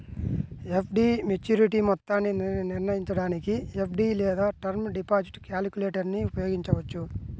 FD maturity మొత్తాన్ని నిర్ణయించడానికి FD లేదా టర్మ్ డిపాజిట్ క్యాలిక్యులేటర్ను ఉపయోగించవచ్చు